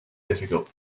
difficult